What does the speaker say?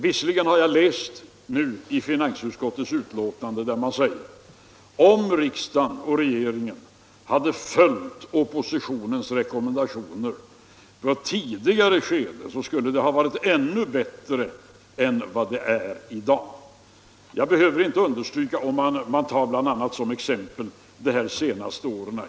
Visserligen har jag nu läst i finansutskottets betänkande att om riksdagen och regeringen hade följt oppositionens rekommendationer i ett tidigare skede, skulle det ha varit ännu bättre än vad det är i dag — om man som exempel tar de senaste åren.